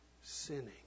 sinning